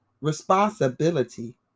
responsibility